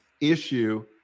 issue